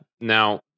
Now